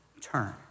turn